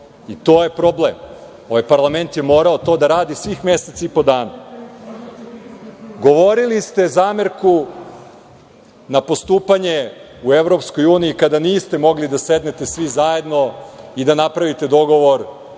i to je problem. Ovaj parlament je morao to da radi svih mesec i po dana. Govorili ste zamerku na postupanje u EU kada niste mogli da sednete svi zajedno i da napravite dogovor